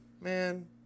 man